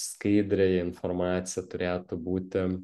skaidrėj informacija turėtų būti